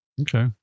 Okay